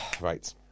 Right